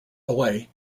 away